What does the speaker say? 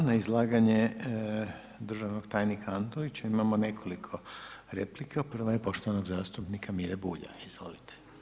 Hvala na izlaganje državnog tajnika Antonića imamo nekoliko replika, prva je poštovanog zastupnika Mire Bulja, izvolite.